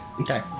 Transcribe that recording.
Okay